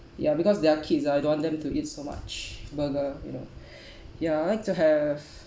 ya because they're kids I don't want them to eat so much burger you know ya I'd like to have